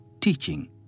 teaching